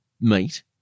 meat